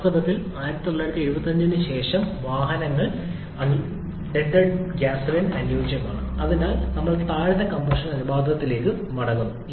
വാസ്തവത്തിൽ 1975 ന് ശേഷം കെട്ടിച്ചമച്ച വാഹന വാഹനങ്ങൾ അൺലിഡഡ് ഗ്യാസോലിൻ അനുയോജ്യമാണ് അതിനാൽ ഞങ്ങൾ താഴ്ന്ന കംപ്രഷൻ അനുപാതത്തിലേക്ക് മടങ്ങുന്നു